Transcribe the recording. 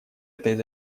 этой